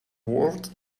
world